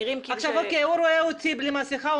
נניח שהשוטר רואה אותי בלי מסכה,